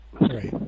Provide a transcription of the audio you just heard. Right